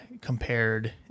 compared